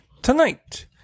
Tonight